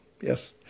yes